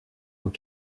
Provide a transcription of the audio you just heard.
aux